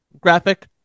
graphic